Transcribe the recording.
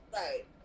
Right